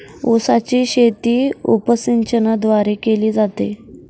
उसाची शेती उपसिंचनाद्वारे केली जाते